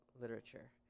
literature